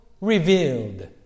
revealed